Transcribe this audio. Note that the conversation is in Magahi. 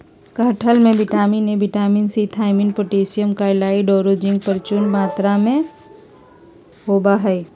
कटहल में vitamin A, vitamin C, thiamine, potassium, calcium औरो जिंक प्रचुर मात्रा में होबा हइ